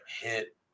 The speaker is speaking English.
hit